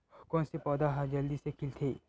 कोन से पौधा ह जल्दी से खिलथे?